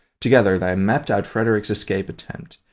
together they mapped out frederick's escape attempt.